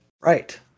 Right